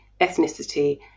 ethnicity